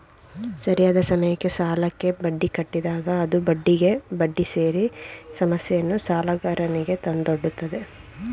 ಸರಿಯಾದ ಸಮಯಕ್ಕೆ ಸಾಲಕ್ಕೆ ಬಡ್ಡಿ ಕಟ್ಟಿದಾಗ ಅದು ಬಡ್ಡಿಗೆ ಬಡ್ಡಿ ಸೇರಿ ಸಮಸ್ಯೆಯನ್ನು ಸಾಲಗಾರನಿಗೆ ತಂದೊಡ್ಡುತ್ತದೆ